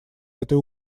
этой